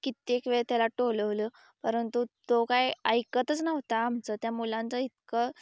कित्येक वेळ त्याला टोलवलं परंतु तो काय ऐकतच नव्हता आमचं त्या मुलांचं इतकं